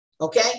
okay